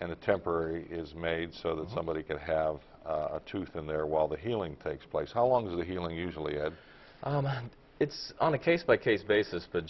and a temporary is made so that somebody can have a tooth in there while the healing takes place how long is the healing usually had it's on a case by case basis but